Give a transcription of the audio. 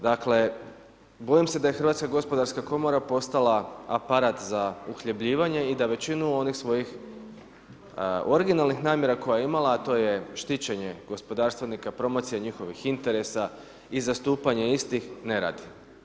Dakle, bojim se da je HGK postala aparat za uhljebljivanje i da većinu onih svojih originalnih namjera koje je imala a to je štićenje gospodarstvenika, promocija njihovih interesa i zastupanje istih, ne radi.